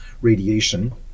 radiation